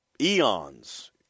eons